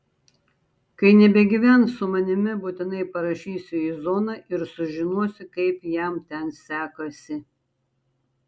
kai nebegyvens su manimi būtinai parašysiu į zoną ir sužinosiu kaip jam ten sekasi